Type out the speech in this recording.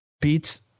beats